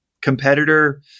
competitor